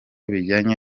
bijyanye